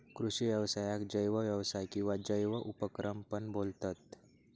कृषि व्यवसायाक जैव व्यवसाय किंवा जैव उपक्रम पण बोलतत